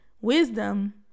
wisdom